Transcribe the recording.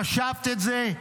חשבת את זה?